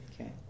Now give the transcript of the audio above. Okay